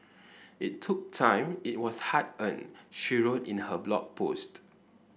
it took time it was hard earned she wrote in her Blog Post